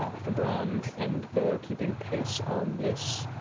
ah febron and beau are keeping pace on this.